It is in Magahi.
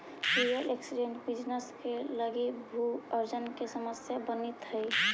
रियल एस्टेट बिजनेस लगी भू अर्जन के समस्या बनित हई